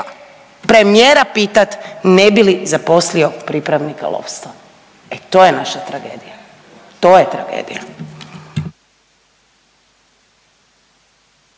premijera pitat ne bi li zaposlio pripravnika lovstva. E to je naša tragedija, to je tragedija.